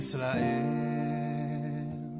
Israel